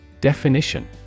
Definition